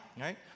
right